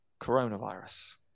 coronavirus